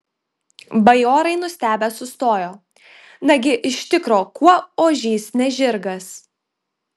bajorai nustebę sustojo nagi iš tikro kuo ožys ne žirgas